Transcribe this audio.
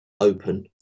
open